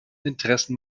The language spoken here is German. interessen